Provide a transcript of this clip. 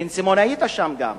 בן-סימון, היית שם גם.